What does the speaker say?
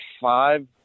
five